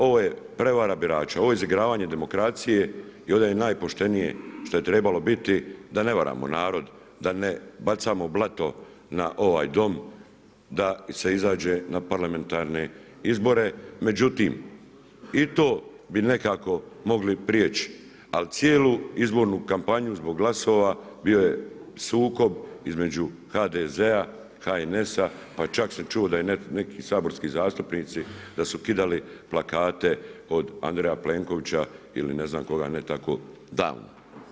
Ovo je prevara birača, ovo je izigravanje demokracije i ovdje je najpoštenije što je trebalo biti da ne varamo narod, da ne bacamo blato na ovaj Dom, da se izađe na parlamentarne izbore, međutim, i to bi nekako mogli prijeći, al cijelu izboru kampanju, zbog glasova, bio je sukob između HDZ-a, HNS-a, pa čak sam čulo da su neki saborski zastupnici, da su kidali plakate od Andreja Plenkovića ili ne znam koga ne tako davno.